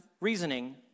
reasoning